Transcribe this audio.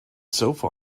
sofa